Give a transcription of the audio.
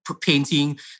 painting